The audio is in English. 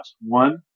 One